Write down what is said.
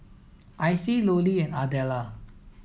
Icey Lollie and Adella